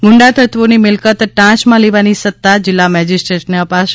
ગુંડા તત્વોની મિલકત ટાંચમાં લેવાની સત્તા જિલ્લા મેજિસ્ટ્રેટને અપાશે